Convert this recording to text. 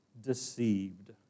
deceived